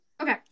okay